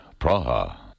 Praha